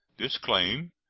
this claim,